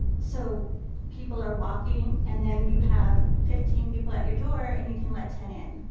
so people are walking and then you have fifteen people at your door and you can let ten in.